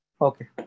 Okay